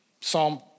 Psalm